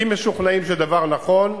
אם משוכנעים שהדבר נכון,